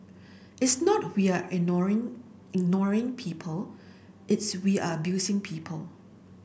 it's not we're ignoring ignoring people it's we're abusing people